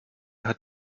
hat